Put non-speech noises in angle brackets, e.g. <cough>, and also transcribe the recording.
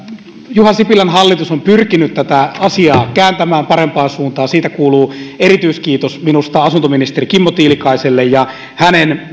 juha sipilän hallitus on pyrkinyt tätä asiaa kääntämään parempaan suuntaan siitä kuuluu erityiskiitos minusta asuntoministeri kimmo tiilikaiselle ja hänen <unintelligible>